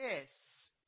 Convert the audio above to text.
yes